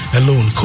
alone